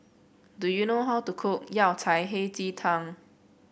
do you know how to cook Yao Cai Hei Ji Tang